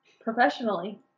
professionally